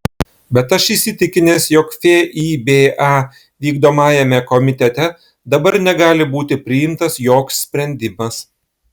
bet aš įsitikinęs jog fiba vykdomajame komitete dabar negali būti priimtas joks sprendimas